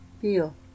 Feel